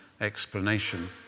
explanation